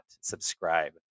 subscribe